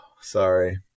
sorry